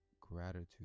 gratitude